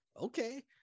okay